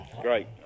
great